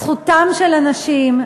זכותם של אנשים,